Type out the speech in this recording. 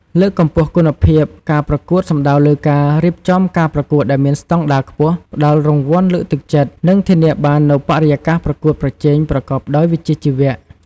លើកកម្ពស់គុណភាពការប្រកួតសំដៅលើការ រៀបចំការប្រកួតដែលមានស្តង់ដារខ្ពស់ ផ្តល់រង្វាន់លើកទឹកចិត្ត និងធានាបាននូវបរិយាកាសប្រកួតប្រជែងប្រកបដោយវិជ្ជាជីវៈ។